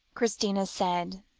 christina said,